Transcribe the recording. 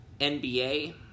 NBA